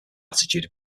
attitude